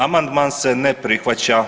Amandman se ne prihvaća.